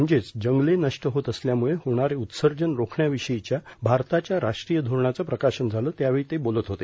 म्हणजेच जंगले नष्ट होत असल्यामुळं होणारे उत्सर्जन रोखण्याविषयीच्या भारताच्या राष्ट्रीय धोरणाचं प्रकाशन झालं त्यावेळी ते बोलत होते